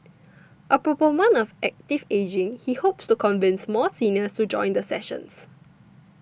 a proponent of active ageing he hopes to convince more seniors to join the sessions